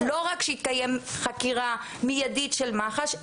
לא רק שתתקיים חקירה מיידית של מח"ש,